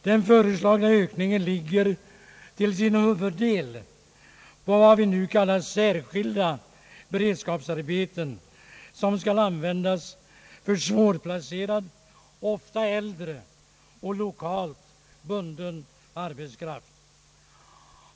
Den föreslagna ökningen avser huvudsakligen vad vi kallar särskilda beredskapsarbeten, som skall användas för svårplacerad, oftast äldre och lokalt bunden arbetskraft.